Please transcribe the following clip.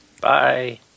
Bye